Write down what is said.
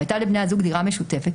והיתה לבני הזוג דירה משותפת,